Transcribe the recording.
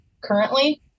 currently